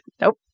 nope